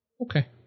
okay